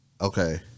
okay